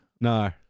No